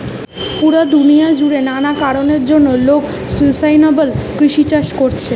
পুরা দুনিয়া জুড়ে নানা কারণের জন্যে লোক সুস্টাইনাবল কৃষি চাষ কোরছে